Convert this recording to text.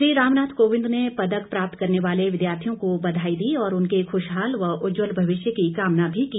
श्री रामनाथ कोविंद ने पदक प्राप्त करने वाले विद्यार्थियों को बघाई दी और उनके खुशहाल व उज्ज्वल भविष्य की कामना भी की